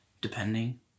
Depending